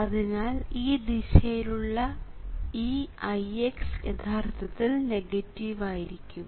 അതിനാൽ ഈ ദിശയിലുള്ള ഈ Ix യഥാർത്ഥത്തിൽ നെഗറ്റീവ് ആയിരിക്കും